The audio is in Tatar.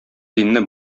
динне